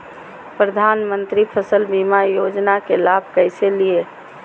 प्रधानमंत्री फसल बीमा योजना के लाभ कैसे लिये?